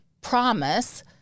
promise